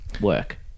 work